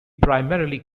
primarily